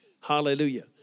Hallelujah